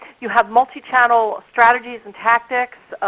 you have multichannel strategies and tactics,